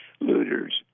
looters